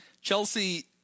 Chelsea